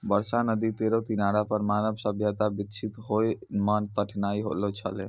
बरसा नदी केरो किनारा पर मानव सभ्यता बिकसित होय म कठिनाई होलो छलै